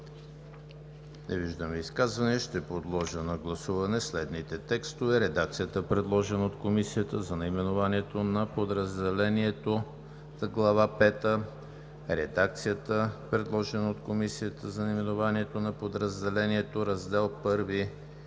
Не виждам. Ще подложа на гласуване следните текстове: редакцията, предложена от Комисията за наименованието на подразделението на Глава пета, редакцията предложена от Комисията за наименованието на подразделението Раздел I и